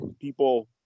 people—